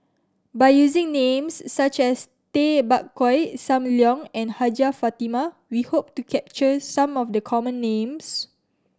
by using names such as Tay Bak Koi Sam Leong and Hajjah Fatimah we hope to capture some of the common names